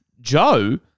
Joe